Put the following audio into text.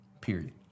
Period